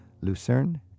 Lucerne